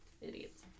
idiots